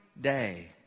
day